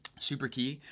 super key.